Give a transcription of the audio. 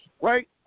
right